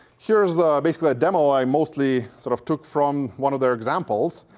here's basically a demo i mostly sort of took from one of their examples.